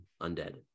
Undead